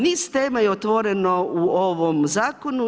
Niz tema je otvoreno u ovom zakonu.